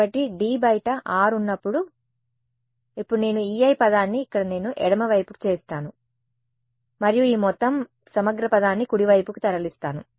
కాబట్టి D బయట r ఉన్నప్పుడు కాబట్టి ఇప్పుడు నేను ఈ Ei పదాన్ని ఇక్కడ నేను ఎడమ వైపుకు చేస్తాను మరియు ఈ మొత్తం సమగ్ర పదాన్నికుడి వైపుకు తరలిస్తాను